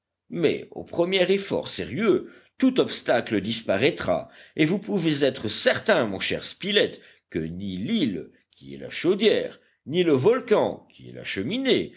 mais au premier effort sérieux tout obstacle disparaîtra et vous pouvez être certain mon cher spilett que ni l'île qui est la chaudière ni le volcan qui est la cheminée